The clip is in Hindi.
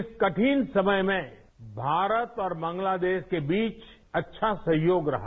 इस कठिन समय में भारत और बांग्लादेश के बीच अच्छा सहयोग रहा